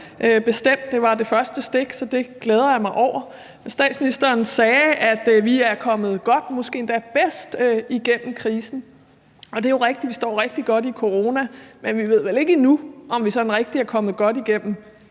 bestemt. Det var det første stik, så det glæder jeg mig over, og statsministeren sagde, at vi er kommet godt, måske endda bedst, igennem krisen. Og det er jo rigtigt, at vi står rigtig godt i forhold til corona, men vi ved vel ikke endnu, om vi sådan rigtig er kommet godt igennem